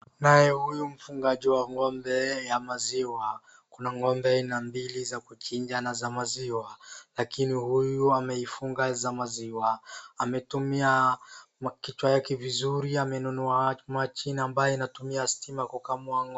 Naye huyu mfugaji wa ng'ombe ya maziwa, kuna ng'ombe aina mbili za kuchinja na maziwa, lakini huyu ameifunga za maziwa. Ametumia kichwa yake vizuri amenunua machine ambayo inatumia stima kukamua ng'ombe.